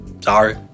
Sorry